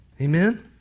Amen